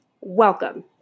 Welcome